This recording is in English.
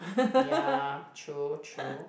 ya true true